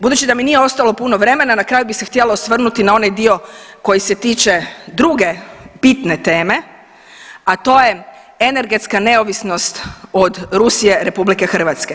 Budući da mi nije ostalo puno vremena na kraju bih se htjela osvrnuti na onaj dio koji se tiče druge bitne teme, a to je energetska neovisnost od Rusije RH.